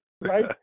right